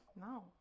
No